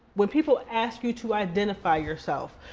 when people ask you to identify yourself,